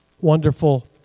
Wonderful